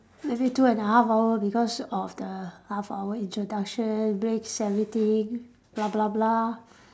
maybe two and a half hour because of the half hour introduction breaks everything blah blah blah